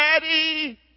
Daddy